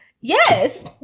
Yes